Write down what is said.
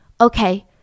Okay